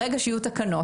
ברגע שיהיו תקנות,